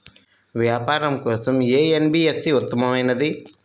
వ్యాపారం కోసం ఏ ఎన్.బీ.ఎఫ్.సి ఉత్తమమైనది?